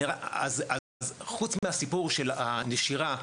אז חוץ מהסיפור של הנשירה,